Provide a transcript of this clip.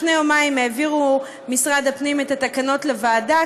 לפני יומיים העביר משרד הפנים את התקנות לוועדה,